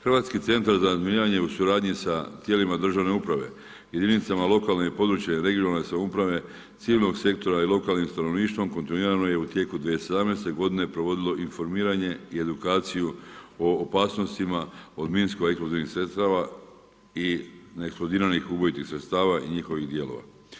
Hrvatski centar za razminiranje u suradnji sa tijelima državne uprave, jedinicama lokalne i područne regionalne samouprave ciljnog sektora i lokalnim stanovništvom kontinuirano je u tijeku 2017. godine provodilo informiranje i edukaciju o opasnostima od minsko eksplozivnih sredstava i neeksplodiranih ubojitih sredstava i njihovih dijelova.